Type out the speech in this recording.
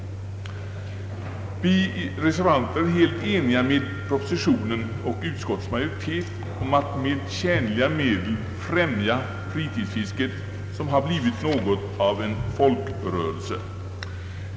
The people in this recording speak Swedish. Vi reservanter delar den uppfattning som kommer till uttryck i propositionen och som utskottsmajoriteten har, nämligen att man med tjänliga medel bör främja fritidsfisket, som blivit något av en folkrörelse.